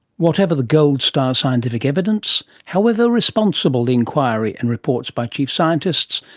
whatever the gold-star scientific evidence, however responsible the enquiry and reports by chief scientists,